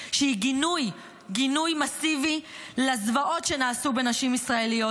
שהיא גינוי מסיבי לזוועות שנעשו בנשים הישראליות,